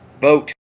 vote